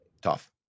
Tough